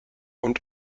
und